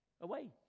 away